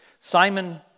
Simon